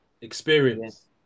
experience